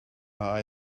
are